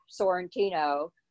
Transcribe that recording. Sorrentino